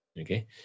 Okay